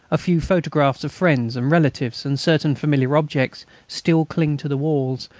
a few photographs of friends and relatives and certain familiar objects, still cling to the walls,